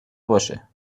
باشه